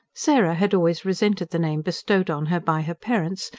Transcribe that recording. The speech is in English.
sarah had always resented the name bestowed on her by her parents,